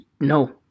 No